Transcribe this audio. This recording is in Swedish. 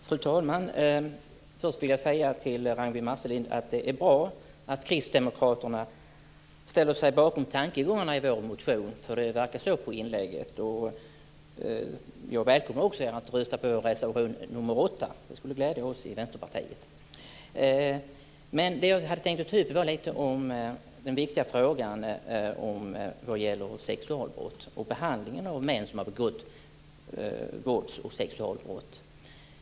Fru talman! Det är bra, Ragnwi Marcelind, att Kristdemokraterna ställer sig bakom tankegångarna i vår motion. Det verkar ju vara så utifrån anförandet nyss. Ni är välkomna att rösta på reservation nr 8. Det skulle glädja oss i Vänsterpartiet. Jag hade tänkt ta upp den viktiga frågan om sexualbrott och om behandlingen av män som begått vålds och sexualbrott.